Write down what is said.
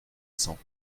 cents